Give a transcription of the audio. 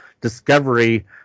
Discovery